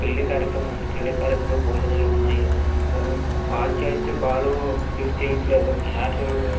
పెళ్లి కార్యక్రమం ఉంది పెళ్లి కార్యములు భోజనాలు ఉన్నాయి మరి మీకు కాల్ చేస్తే కాల్ లిఫ్ట్ చేయట్లేదు మీ ఆర్డర్